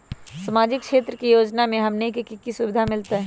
सामाजिक क्षेत्र के योजना से हमनी के की सुविधा मिलतै?